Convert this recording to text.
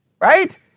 Right